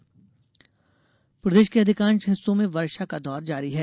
मौसम प्रदेश के अधिकांश हिस्सों में वर्षा का दौर जारी है